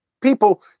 People